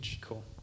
Cool